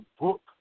book